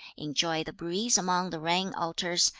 enjoy the breeze among the rain altars,